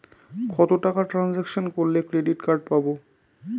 কত টাকা ট্রানজেকশন করলে ক্রেডিট কার্ড পাবো?